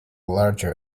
larger